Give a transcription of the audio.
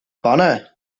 pane